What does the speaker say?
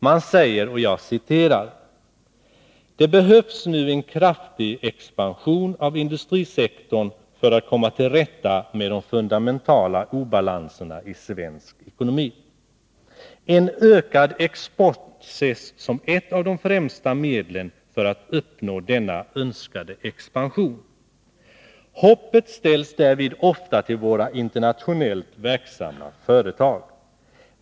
Man säger: ”Det behövs nu en kraftig expansion av industrisektorn för att komma till rätta med de fundamentala obalanserna i svensk ekonomi. En ökad export ses som ett av de främsta medlen för att uppnå den önskade expansionen. Hoppet ställs därvid ofta till våra stora internationellt verksamma företag.